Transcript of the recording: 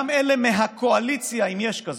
גם אלה מהקואליציה, אם יש כזאת: